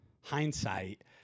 hindsight